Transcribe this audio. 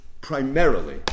primarily